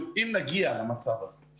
עם דגש על מצב הצוותים הרפואיים.